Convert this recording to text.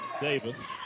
Davis